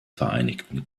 vereinigten